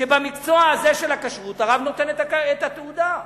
שבמקצוע הכשרות הרב נותן את התעודה,